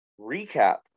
recap